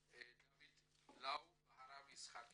דוד לאו והרב יצחק יוסף,